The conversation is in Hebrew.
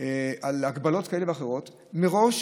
על הגבלות כאלה ואחרות, מראש